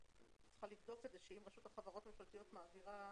לבדוק את זה שאם רשות החברות הממשלתיות מעבירה